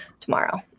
tomorrow